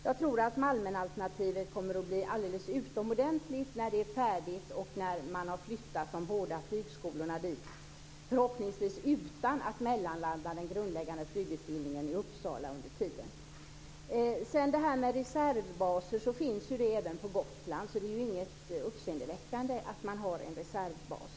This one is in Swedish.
Jag tror att Malmenalternativet kommer att bli alldeles utomordentligt när det är färdigt och när man har flyttat de båda flygskolorna dit, förhoppningsvis utan att mellanlanda den grundläggande flygutbildningen i Uppsala under tiden. Reservbaser finns även på Gotland, så det är inget uppseendeväckande att man har en reservbas.